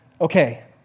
okay